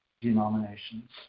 denominations